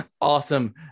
Awesome